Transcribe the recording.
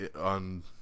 on